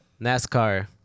NASCAR